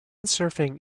surfing